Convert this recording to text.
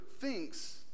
thinks